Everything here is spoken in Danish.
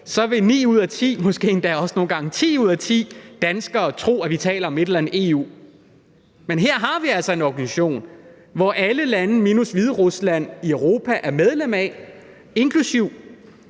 ti ud af ti, tro, at vi taler om et eller andet EU. Men her har vi altså en organisation, som alle lande i Europa, minus Hviderusland, er medlem af, inklusive